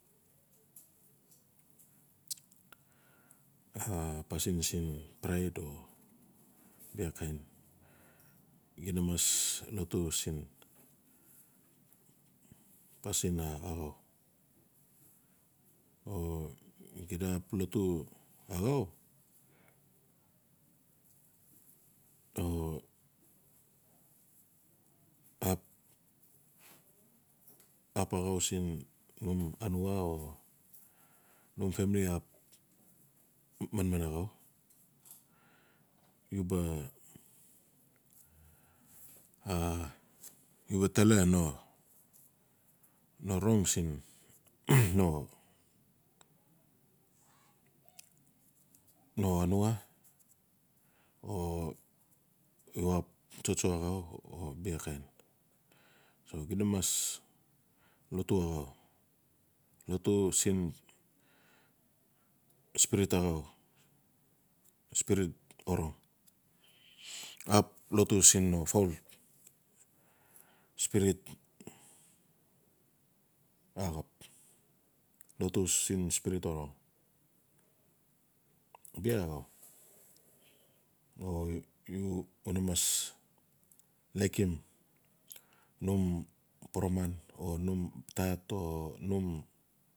pasin siin praid o bia kain. xi na mas lotu siin pasin a-a axau o xida ap lotu axau o ap axau siin numanuo, o num famili ap manman axau u ba tele no rong siin no anuo o u ap tsotso axau o bia kain. Xida mas lotu axau, lotu siin spirit axau, spirit orong ap lotu siin no paol spirit axap, lotu siin spirit axau bia axau. O u no mas laikim num poroman, o num tat o num.